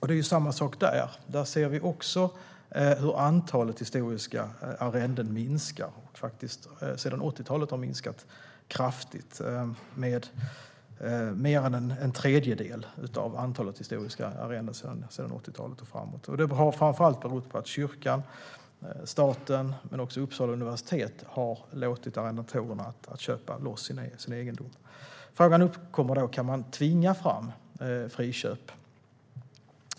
Det är samma sak där: Vi ser hur antalet historiska arrenden minskar och har minskat kraftigt, med mer än en tredjedel, sedan 80-talet och framåt. Detta har framför allt berott på att kyrkan, staten och Uppsala universitet har låtit arrendatorerna köpa loss egendom. Frågan som uppkommer är om kan tvinga fram friköp.